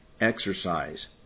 exercise